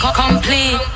complete